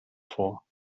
vor